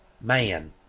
man